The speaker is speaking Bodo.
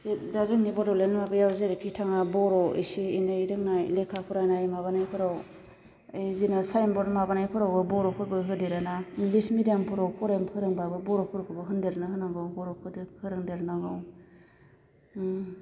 जित दा जोंनि बड'लेण्ड माबायाव जेरैखि थाङा बर' एसे एनै रोंनाय लेखा फरायनाय मबानायफोराव ओइ जोंना साइन बर्ड माबानायफोरावबा बर'फोरबो होदेरो ना इंग्लिस मेडियामफोराव बर'नि फोरोंबाबो बर'फोरखौबो होनदेरना होनांगौ बर'फोर फोरोंदेरनांगौ ओम